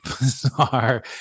bizarre